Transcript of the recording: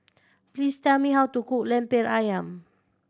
please tell me how to cook Lemper Ayam